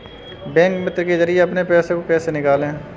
Bank मित्र के जरिए अपने पैसे को कैसे निकालें?